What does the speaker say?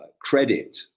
credit